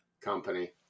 company